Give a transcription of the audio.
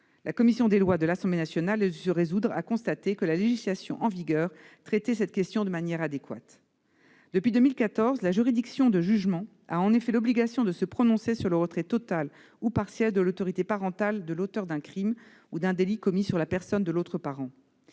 la commission des lois de l'Assemblée nationale a dû se résoudre à constater que la législation en vigueur traitait cette question de manière adéquate. Depuis 2014, la juridiction de jugement a en effet l'obligation de se prononcer sur le retrait total ou partiel de l'autorité parentale de l'auteur d'un crime ou d'un délit commis sur la personne de l'autre parent.